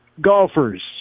golfers